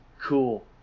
Cool